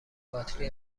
باتری